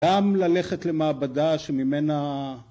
גם ללכת למעבדה שממנה